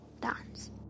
Dance